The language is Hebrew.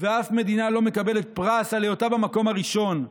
ואף מדינה לא מקבלת פרס על היותה במקום הראשון.